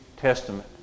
Testament